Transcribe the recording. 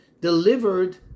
delivered